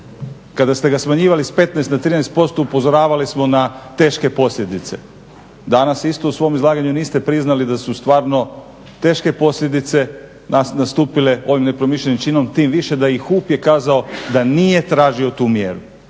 Kada ste ga smanjivali sa 15 na 13% upozoravali smo na teške posljedice, danas isto u svom izlaganju niste priznali da su stvarno teške posljedice nastupale ovim nepromišljenim činom tim više da i HUP je kazao da nije tražio tu mjeru,